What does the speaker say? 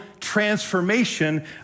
transformation